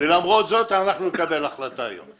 למרות זאת, אנחנו נקבל החלטה היום.